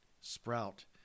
sprout